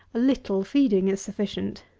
a little feeding is sufficient!